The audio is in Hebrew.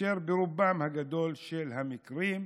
אשר ברובם הגדול של המקרים,